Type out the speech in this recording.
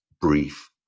brief